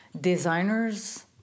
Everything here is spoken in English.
designers